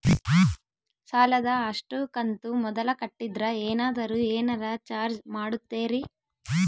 ಸಾಲದ ಅಷ್ಟು ಕಂತು ಮೊದಲ ಕಟ್ಟಿದ್ರ ಏನಾದರೂ ಏನರ ಚಾರ್ಜ್ ಮಾಡುತ್ತೇರಿ?